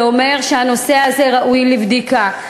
זה אומר שהנושא הזה ראוי לבדיקה.